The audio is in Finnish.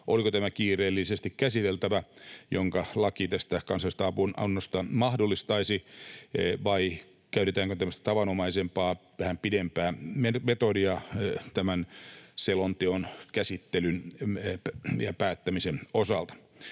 onko tämä kiireellisesti käsiteltävä, minkä laki tästä kansainvälisestä avunannosta mahdollistaisi, vai käytetäänkö tämmöistä tavanomaisempaa, vähän pidempää metodia tämän selonteon käsittelyn ja päättämisen osalta?